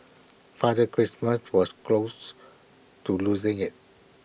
Father Christmas was close to losing IT